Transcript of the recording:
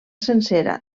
sencera